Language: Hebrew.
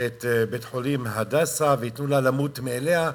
את בית-חולים "הדסה" וייתנו לו למות מאליו,